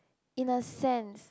in a sense